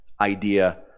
idea